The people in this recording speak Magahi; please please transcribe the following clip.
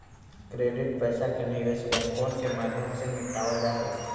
क्रेडिट पैसा के निवेश बैंकवन के माध्यम से निपटावल जाहई